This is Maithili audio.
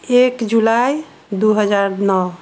एक जुलाई दू हजार नओ